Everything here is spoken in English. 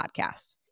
podcast